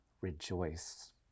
rejoice